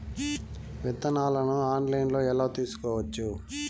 విత్తనాలను ఆన్లైన్లో ఎలా తీసుకోవచ్చు